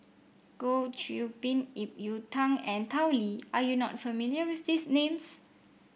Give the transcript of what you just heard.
Goh Qiu Bin Ip Yiu Tung and Tao Li are you not familiar with these names